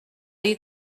you